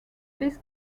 this